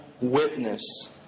witness